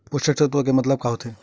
पोषक तत्व के मतलब का होथे?